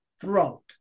throat